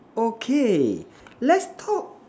okay let's talk